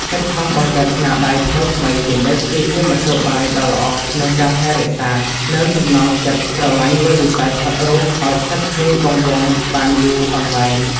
ខិតខំបង្កើតស្នាដៃថ្មីៗជានិច្ចគឺជាមធ្យោបាយដ៏ល្អក្នុងការរក្សានូវចំណងចិត្តស្រឡាញ់លើវិស័យថតរូបឱ្យស្ថិតស្ថេរគង់វង្សបានយូរអង្វែង។